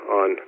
on